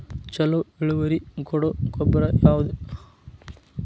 ಛಲೋ ಇಳುವರಿ ಕೊಡೊ ಗೊಬ್ಬರ ಯಾವ್ದ್?